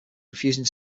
refusing